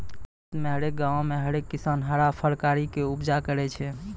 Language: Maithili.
भारत मे हरेक गांवो मे हरेक किसान हरा फरकारी के उपजा करै छै